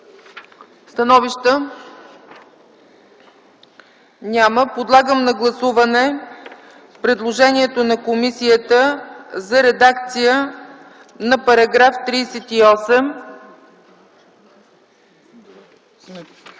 Становища? Няма. Подлагам на гласуване предложението на комисията за редакция на § 38. Гласували